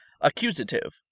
Accusative